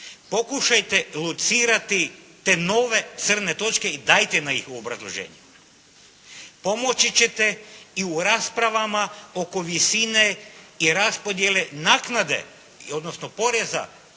pokušajte locirati te nove crne točke i dajte nam ih u obrazloženju. Pomoći ćete i u raspravama oko visine i raspodjele naknade, odnosno poreza